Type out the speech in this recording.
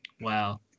Wow